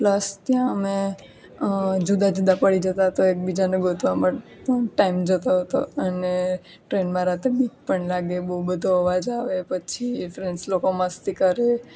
plus ત્યાં અમે જુદા જુદા પડી જતા તો એક બીજાને ગોતવા મંડતા ટાઈમ જતો હતો અને ટ્રેનમાં પરાતે બીક પણ લાગે બોંબ બધો અવાજ આવે પછી ફ્રેન્ડ્સ લોકો મસ્તી કરે